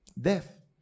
Death